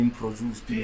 produced